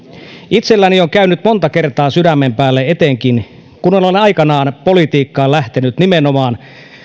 itselläni on käynyt monta kertaa sydämen päälle etenkin kun olen aikanaan politiikkaan lähtenyt nimenomaan